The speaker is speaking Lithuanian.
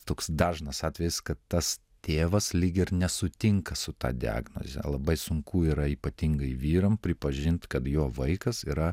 toks dažnas atvejis kad tas tėvas lyg ir nesutinka su ta diagnoze labai sunku yra ypatingai vyram pripažint kad jo vaikas yra